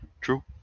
true